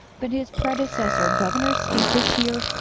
but his predecessor, governor steve beshear,